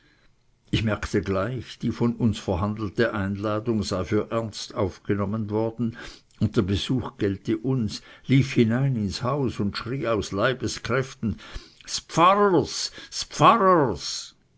ich merkte gleich die von uns verhandelte einladung sei für ernst aufgenommen worden und der besuch gelte uns lief hinein ins haus und schrie aus leibeskräften ds pfarrers ds pfarrers